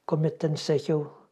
kuomet ten sakiau